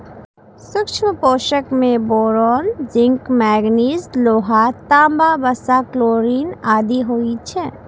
सूक्ष्म पोषक मे बोरोन, जिंक, मैगनीज, लोहा, तांबा, वसा, क्लोरिन आदि होइ छै